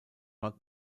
dort